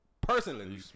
Personally